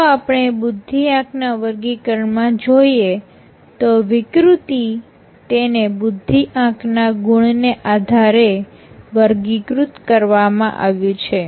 જો આપણે બુદ્ધિઆંક ના વર્ગીકરણ માં જોઈએ તો વિકૃતિ તેને બુદ્ધિ આંક ના ગુણને આધારે વર્ગીકૃત કરવામાં આવ્યું છે